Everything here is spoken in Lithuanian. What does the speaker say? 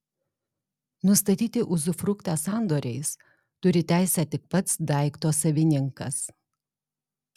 nustatyti uzufruktą sandoriais turi teisę tik pats daikto savininkas